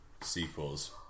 sequels